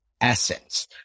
essence